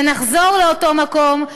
ונחזור לאותו מקום,